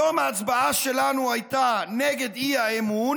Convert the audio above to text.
היום ההצבעה שלנו הייתה נגד האי-אמון